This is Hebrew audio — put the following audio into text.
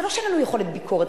זה לא שאין לנו יכולת ביקורת,